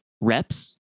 reps